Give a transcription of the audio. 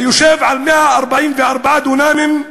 היושב על 144 דונמים,